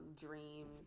dreams